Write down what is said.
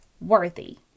worthy